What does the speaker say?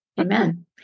Amen